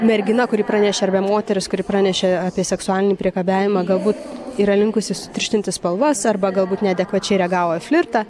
mergina kuri pranešė arba moteris kuri pranešė apie seksualinį priekabiavimą galbūt yra linkusi sutirštinti spalvas arba galbūt neadekvačiai reagavo į flirtą